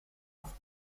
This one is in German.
oft